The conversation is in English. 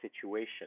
situation